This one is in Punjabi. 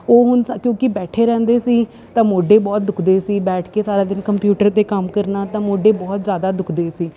ਉਹ ਹੁਣ ਕਿਉਂਕਿ ਬੈਠੇ ਰਹਿੰਦੇ ਸੀ ਤਾਂ ਮੋਢੇ ਬਹੁਤ ਦੁੱਖਦੇ ਸੀ ਬੈਠ ਕੇ ਸਾਰਾ ਦਿਨ ਕੰਪਿਊਟਰ 'ਤੇ ਕੰਮ ਕਰਨਾ ਤਾਂ ਮੋਢੇ ਬਹੁਤ ਜ਼ਿਆਦਾ ਦੁੱਖਦੇ ਸੀ